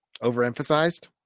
overemphasized